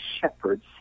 shepherds